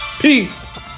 Peace